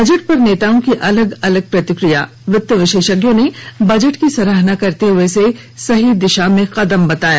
budget पर नेताओं की अलग अलग प्रतिक्रिया वित्त विशेषज्ञों ने बजट की सराहना करते हुए इसे सही दिशा में कदम बताया